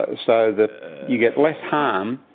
ah so that you get less harm,